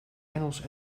engels